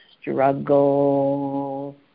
struggle